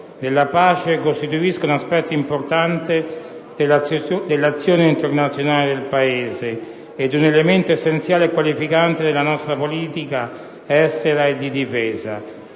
della pace costituisca un aspetto importante dell'azione internazionale del Paese ed un elemento essenziale e qualificante della nostra politica estera e di difesa.